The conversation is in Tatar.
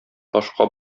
ташка